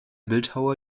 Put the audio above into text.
bildhauer